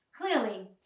Clearly